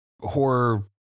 horror